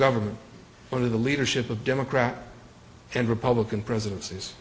government under the leadership of democrat and republican presiden